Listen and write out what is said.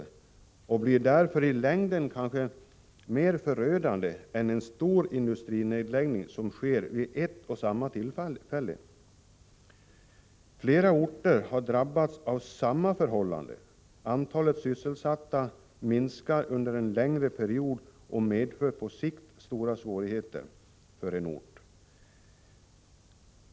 I längden blir kanske en sådan utdragen nedläggning därför mer förödande än en stor industrinedläggning, som sker vid ett och samma tillfälle. Fler orter har drabbats av samma förhållande. Antalet sysselsatta minskar under en längre period och medför på sikt stora svårigheter för orten.